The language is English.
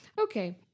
okay